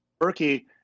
Berkey